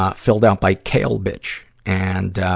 ah filled out by kale bitch. and,